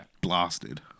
blasted